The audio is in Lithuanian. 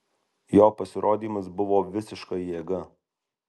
jo pasirodymas buvo visiška jėga